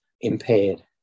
impaired